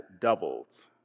doubled